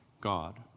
God